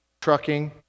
trucking